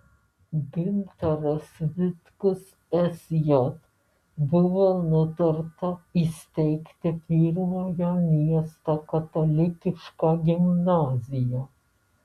gintaras vitkus sj buvo nutarta įsteigti pirmąją miesto katalikišką gimnaziją